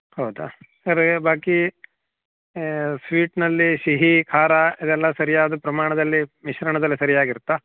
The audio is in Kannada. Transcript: ಹೌದಾ ಅದೇ ಬಾಕಿ ಸ್ವೀಟಿನಲ್ಲಿ ಸಿಹಿ ಖಾರ ಇದೆಲ್ಲ ಸರಿಯಾದ ಪ್ರಮಾಣದಲ್ಲಿ ಮಿಶ್ರಣದಲ್ಲಿ ಸರ್ಯಾಗಿರುತ್ತಾ